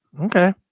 okay